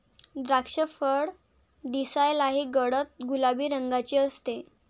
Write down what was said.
द्राक्षफळ दिसायलाही गडद गुलाबी रंगाचे असते